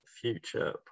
future